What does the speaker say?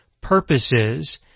purposes